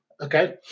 okay